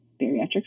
bariatric